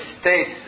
states